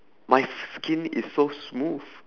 my f~ skin is so smooth